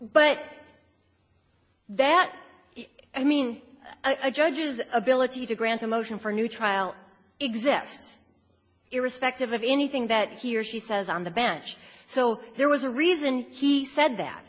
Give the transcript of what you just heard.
but that i mean a judge's ability to grant a motion for a new trial exist irrespective of anything that he or she says on the bench so there was a reason he said that